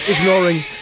ignoring